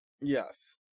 Yes